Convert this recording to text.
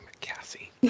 Cassie